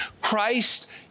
Christ